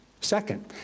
Second